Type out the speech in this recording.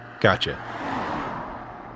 Gotcha